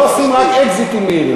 הם לא עושים רק אקזיטים מהירים.